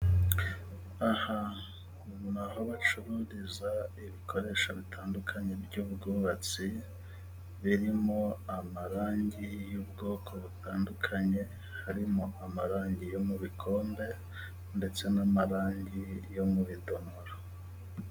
Aha ni aho bacururiza ibikoresho bitandukanye by'ubwubatsi, birimo amarangi y'ubwoko butandukanye, harimo amarangi yo mu bikombe, ndetse n'amarangi yo mu bidomoro.